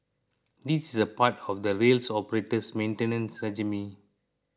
this is part of the rails operator's maintenance regime